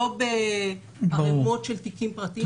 לא בערמות של תיקים פרטיים.